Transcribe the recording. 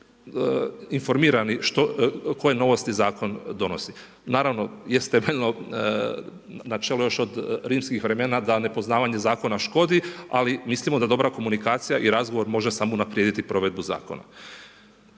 informirani koje novosti zakon donosi. Naravno jest temeljno načelo još od rimskih vremena da nepoznavanje zakona škodi ali mislimo da dobra komunikacija i razgovor može samo unaprijediti provedbu zakona.